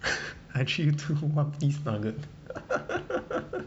I treat to one piece nugget